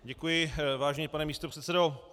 Děkuji, vážený pane místopředsedo.